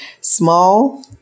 small